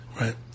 right